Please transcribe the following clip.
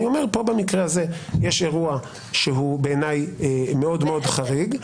פה במקרה הזה יש אירוע שהוא בעיניי מאוד מאוד חריג,